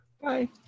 Bye